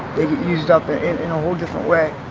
they get used up ah in and a whole different way.